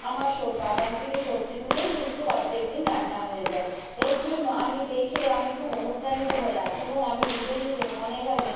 আমার সব বাগান থেকে সবজি তুলেই কিন্তু অর্ধেক দিন রান্না হয়ে যায় এর জন্য আমি দেখে আমি খুব অনুপ্রাণিত হলাম এবং আমি নিজে নিজে মনে ভানে